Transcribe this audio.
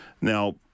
Now